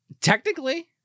Technically